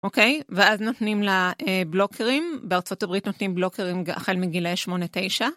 אוקיי, ואז נותנים לה בלוקרים, בארה״ב נותנים בלוקרים החל מגילאי 8-9.